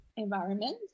environment